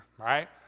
right